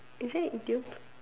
is it an idiom